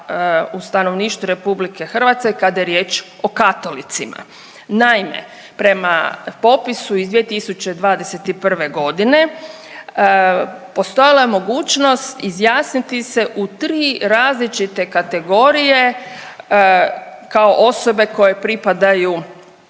u stanovništvu Republike Hrvatske kada je riječ o katolicima. Naime, prema popisu iz 2021. godine postojala je mogućnost izjasniti se u tri različite kategorije kao osobe koje pripadaju